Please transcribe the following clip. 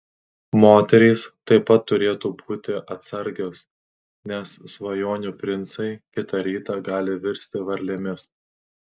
moterys taip pat turėtų būti atsargios nes svajonių princai kitą rytą gali virsti varlėmis